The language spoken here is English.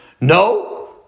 No